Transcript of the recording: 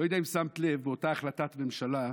לא יודע אם שמת לב, באותה החלטת ממשלה,